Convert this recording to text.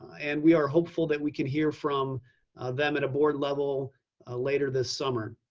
and we are hopeful that we can hear from them at a board level ah later this summer.